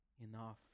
enough